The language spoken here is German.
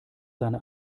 seine